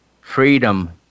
Freedom